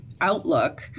outlook